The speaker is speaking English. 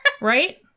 Right